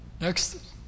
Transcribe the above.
Next